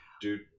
Dude